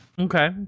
Okay